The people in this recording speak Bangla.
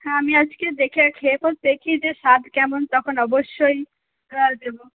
হ্যাঁ আজকে আমি দেখে খেয়ে পর দেখি যে স্বাদ কেমন তখন অবশ্যই দেব